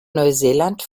neuseeland